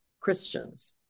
Christians